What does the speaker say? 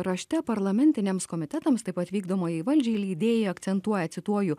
rašte parlamentiniams komitetams taip pat vykdomajai valdžiai leidėjai akcentuoja cituoju